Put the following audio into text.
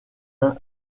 uns